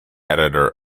editor